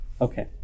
okay